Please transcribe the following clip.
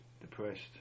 depressed